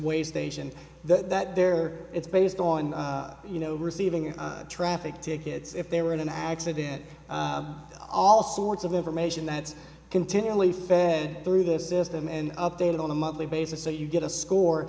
way station that there it's based on you know receiving traffic tickets if they were in an accident all sorts of information that's continually fed through the system and updated on a monthly basis so you get a score